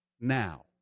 now